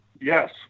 Yes